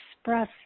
express